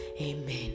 Amen